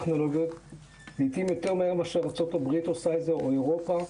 לעיתים יותר מהר מארצות הברית ואירופה.